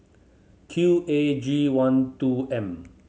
Q A G one two M